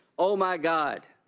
oh my god,